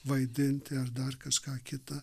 vaidinti ar dar kažką kitą